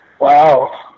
Wow